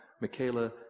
Michaela